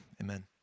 Amen